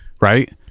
right